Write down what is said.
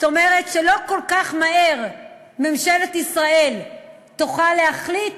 זאת אומרת שלא כל כך מהר ממשלת ישראל תוכל להחליט